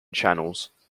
channels